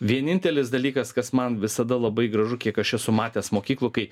vienintelis dalykas kas man visada labai gražu kiek aš esu matęs mokyklų kai